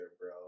bro